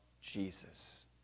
Jesus